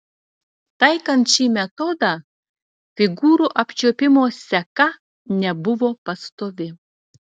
taikant šį metodą figūrų apčiuopimo seka nebuvo pastovi